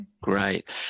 Great